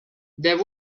there